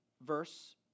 verse